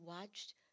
watched